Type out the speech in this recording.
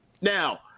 now